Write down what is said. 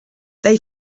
they